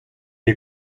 est